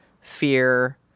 fear